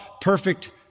perfect